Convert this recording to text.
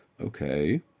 Okay